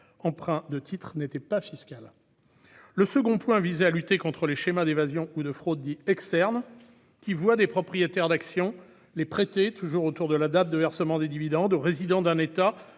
prêt-emprunt de titres n'était pas fiscal. Le second point visait à lutter contre les schémas d'évasion ou de fraude dits externes, qui voient des propriétaires d'actions les prêter, toujours autour de la date de versement des dividendes, au résident d'un État